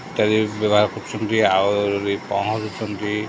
ଇତ୍ୟାଦି ବ୍ୟବହାର କରୁଛନ୍ତି ଆଉ ଯଦି ପହଁରୁଛନ୍ତି